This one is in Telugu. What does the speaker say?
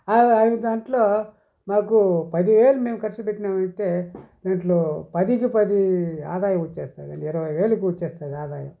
దాంట్లో మాకు పదివేలు మేము ఖర్చుపెట్టినామంటే దీంట్లో పదికి పది ఆదాయం వచ్చేస్తది ఇరవై వేలుకు వచ్చేస్తది ఆదాయం